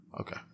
Okay